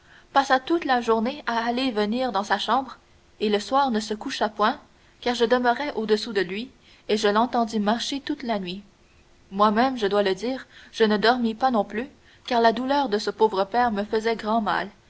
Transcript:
passa toute la journée à aller et venir dans sa chambre et le soir ne se coucha point car je demeurais au-dessous de lui et je l'entendis marcher toute la nuit moi-même je dois le dire je ne dormis pas non plus car la douleur de ce pauvre père me faisait grand mal